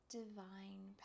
divine